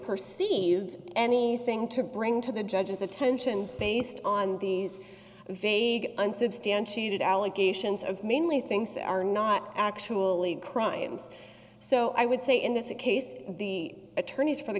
perceive anything to bring to the judge's attention based on these vague unsubstantiated allegations of mainly things that are not actually crimes so i would say in this a case that the attorneys for the